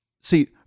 See